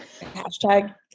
hashtag